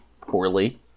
poorly